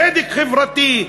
צדק חברתי,